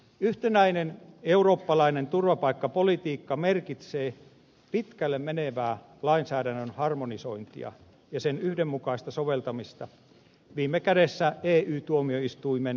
yhtenäinen eurooppalainen turvapaikkapolitiikka merkitsee pitkälle menevää lainsäädännön harmonisointia ja sen yhdenmukaista soveltamista viime kädessä ey tuomioistuimen ennakkoratkaisuin